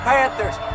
Panthers